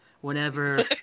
whenever